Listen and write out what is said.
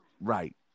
right